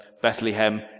Bethlehem